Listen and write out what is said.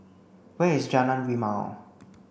where is Jalan Rimau